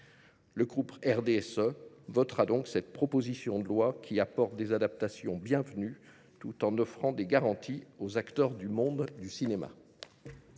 Le groupe RDSE votera cette proposition de loi qui apporte des adaptations bienvenues tout en offrant des garanties aux acteurs du monde du cinéma.